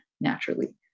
naturally